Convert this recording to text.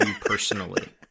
personally